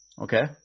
Okay